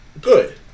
good